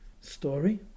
story